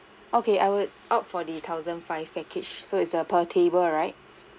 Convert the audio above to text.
okay I would opt for the thousand five package so it's err per table right